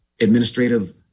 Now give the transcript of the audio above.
administrative